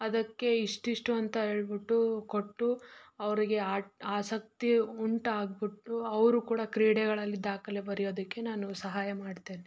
ಅದಕ್ಕೆ ಇಷ್ಟಿಷ್ಟು ಅಂತ ಹೇಳಿಬಿಟ್ಟು ಕೊಟ್ಟು ಅವರಿಗೆ ಆಟ ಆಸಕ್ತಿ ಉಂಟಾಗ್ಬಿಟ್ಟು ಅವರು ಕೂಡ ಕ್ರೀಡೆಗಳಲ್ಲಿ ದಾಖಲೆ ಬರಿಯೋದಕ್ಕೆ ನಾನು ಸಹಾಯ ಮಾಡ್ತೇನೆ